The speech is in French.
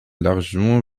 largement